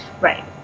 Right